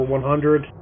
100